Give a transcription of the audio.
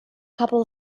couple